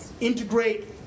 integrate